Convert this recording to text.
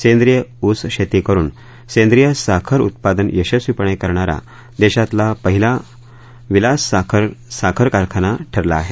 सेंद्रिय ऊस शेती करून सेद्रिय साखर उत्पादन यशस्वीपणे करणारा देशातील पहिला विलास साखर कारखाना ठरला आहे